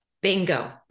Bingo